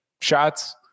shots